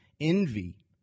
Envy